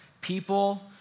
People